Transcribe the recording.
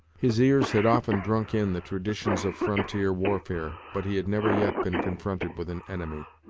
his ears had often drunk in the traditions of frontier warfare, but he had never yet been confronted with an enemy.